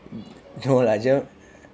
no lah germ